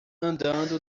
andando